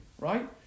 right